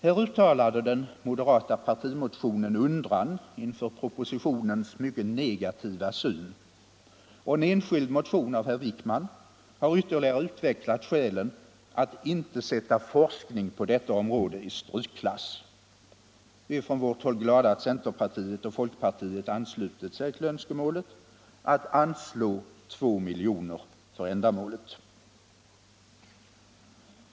Här uttalade den moderata partimotionen undran inför propositionens mycket negativa syn, och i en enskild motion av herr Wijkman har ytterligare framförts skäl för att inte sätta forskning på detta område i strykklass. Vi är från vårt håll glada att centerpartiet och folkpartiet har anslutit sig till önskemålet att anslå 2 milj.kr. för ändamålet.